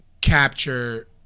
capture